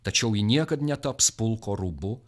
tačiau ji niekad netaps pulko rūbu